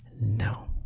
no